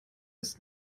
ist